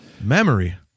memory